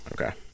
Okay